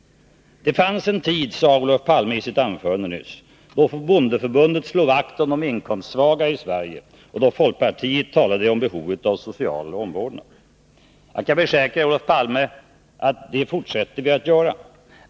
Olof Palme sade i sitt anförande nyss att det fanns en tid då bondeförbundet slog vakt om de inkomstsvaga i Sverige, och då folkpartiet talade om behovet av social omvårdnad. Jag kan försäkra Olof Palme att det fortsätter vi att göra.